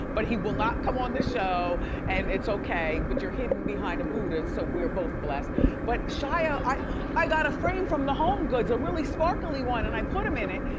but he will not come on this show and it's okay, but you're hidden behind a buddha. so we're both blessed but shia, i i got a frame from the home goods, a really sparkly one and i put him in it.